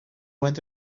wind